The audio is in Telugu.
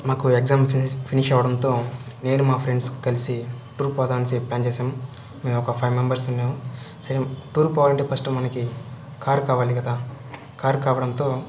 మాకు ఎగ్జామ్స్ ఫినిస్ ఫినిష్ అవ్వడంతో నేను మాఫ్రెండ్స్ కలిసి టూర్ పోదామని చెప్పి ప్లాన్ చేశాం మేము ఒక ఫైవ్ మెంబర్స్ ఉన్నాం సరే టూరుకి పోవాలంటే ఫస్ట్ మనకి కార్ కావాలి కదా కార్ కావడంతో